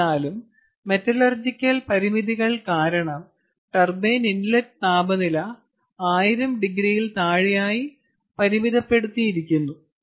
എന്നിരുന്നാലും മെറ്റലർജിക്കൽ പരിമിതികൾ കാരണം ടർബൈൻ ഇൻലെറ്റ് താപനില 1000 ഡിഗ്രിയിൽ താഴെയായി പരിമിതപ്പെടുത്തിയിരിക്കുന്നു